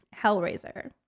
Hellraiser